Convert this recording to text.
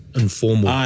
informal